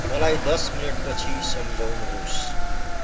मलाई दस मिनेटपछि सम्झाउनुहोस्